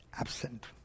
absent